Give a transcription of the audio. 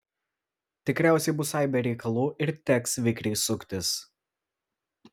tikriausiai bus aibė reikalų ir teks vikriai suktis